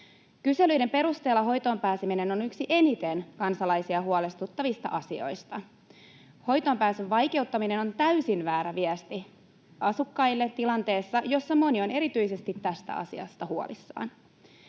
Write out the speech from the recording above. Kyselyiden perusteella hoitoon pääseminen on yksi eniten kansalaisia huolestuttavista asioista. Hoitoonpääsyn vaikeuttaminen on täysin väärä viesti asukkaille tilanteessa, jossa moni on erityisesti tästä asiasta huolissaan.